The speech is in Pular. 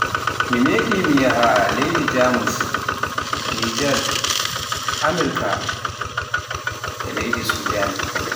me meɗi mi yahaa leydi Jamus, Nijer, Amirka, a leydi Sudan.